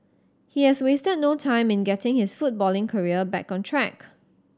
he has wasted no time in getting his footballing career back on track